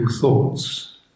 thoughts